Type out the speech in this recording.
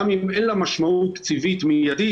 גם אם אין לה משמעות תקציבית מיידית,